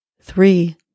three